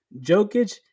Jokic